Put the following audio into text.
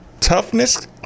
toughness